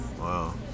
Wow